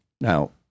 Now